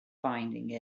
finding